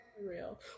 real